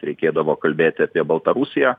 reikėdavo kalbėti apie baltarusiją